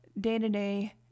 day-to-day